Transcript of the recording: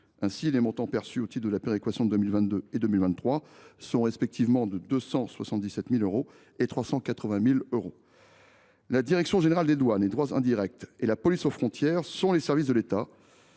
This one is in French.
sûreté. Les montants perçus au titre des péréquations de 2022 et 2023 s’élèvent respectivement à 277 000 euros et à 380 000 euros. La direction générale des douanes et droits indirects et la police aux frontières sont les services de l’État